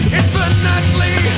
infinitely